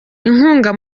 inkunga